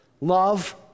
love